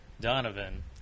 Donovan